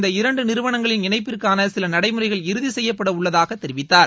இந்த இரண்டு நிறுவனங்களின் இணைப்பிற்கான சில நடைமுறைகள் இறுதிசெய்யப்படவுள்ளதாக தெரிவித்தார்